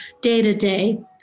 day-to-day